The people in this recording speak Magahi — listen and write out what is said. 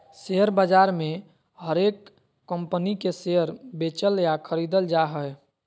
शेयर बाजार मे हरेक कम्पनी के शेयर बेचल या खरीदल जा हय